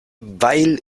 weil